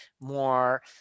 more